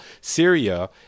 Syria